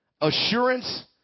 assurance